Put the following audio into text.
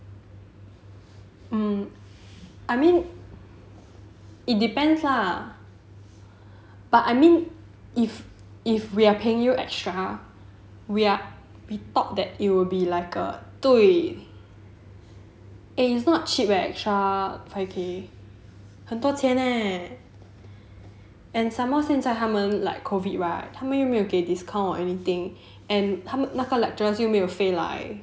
mm I mean it depends lah but I mean if if we are paying you extra we are we thought that it would be like err and it's not cheap eh extra five K 很多钱 eh and some more 现在他们 like COVID right 他们又没有给 discount or anything and 那个 lecturers 又没有飞来